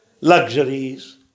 luxuries